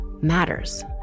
matters